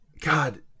God